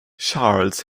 charles